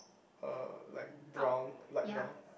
uh like brown light brown